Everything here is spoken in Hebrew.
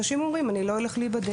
אנשים אומרים, אני לא אלך להיבדק.